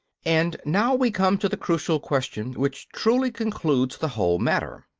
and now we come to the crucial question which truly concludes the whole matter.